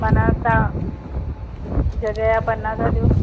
माना तव्हां जॻहि जा पन्ना था ॾियो